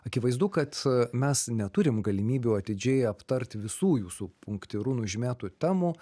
akivaizdu kad mes neturim galimybių atidžiai aptart visų jūsų punktyru nužymėtų temų